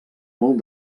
molt